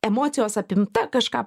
emocijos apimta kažką